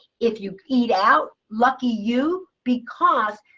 if you eat out, lucky you because,